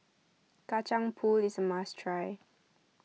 Kacang Pool is a must try